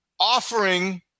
Offering